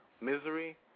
misery